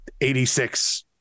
86